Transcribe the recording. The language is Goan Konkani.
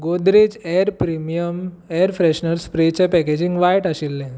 Godrej air premium air freshener spray चें पॅकेजींग वायट आशिल्लें